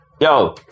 Yo